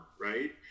right